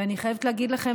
ואני חייבת להגיד לכם,